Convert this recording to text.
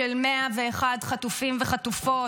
של 101 חטופים וחטופות.